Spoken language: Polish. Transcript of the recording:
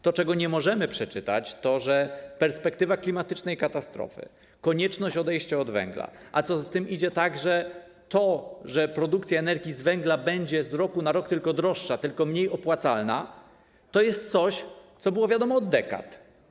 To, czego nie możemy przeczytać, to, że perspektywa klimatycznej katastrofy, konieczność odejścia od węgla, a co za tym idzie, także to, że produkcja energii z węgla będzie z roku na rok tylko droższa, tylko mniej opłacalna, to jest coś, co było wiadomo od dekad.